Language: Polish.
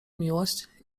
miłość